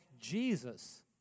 Jesus